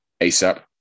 ASAP